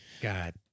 God